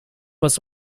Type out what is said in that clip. was